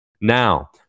Now